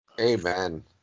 Amen